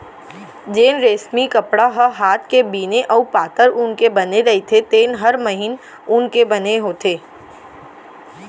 जेन रेसमी कपड़ा ह हात के बिने अउ पातर ऊन के बने रइथे तेन हर महीन ऊन के बने होथे